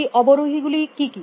এই অবরোহী গুলি কি কি